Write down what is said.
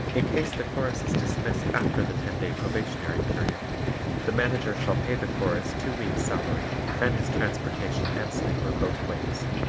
in case the chorus is dismissed after the ten day probationary period the manager shall pay the chorus two weeks' salary and his transportation and sleeper both ways.